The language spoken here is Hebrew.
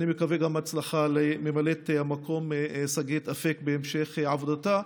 ואני מקווה שתהיה גם הצלחה לממלאת המקום שגית אפיק בהמשך עבודתה,